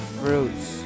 fruits